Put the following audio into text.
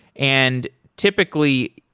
and typically,